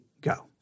go